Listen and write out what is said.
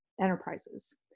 enterprises